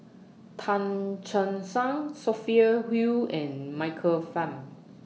Tan Che Sang Sophia Hull and Michael Fam